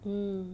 hmm